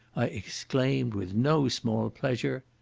i exclaimed with no small pleasure,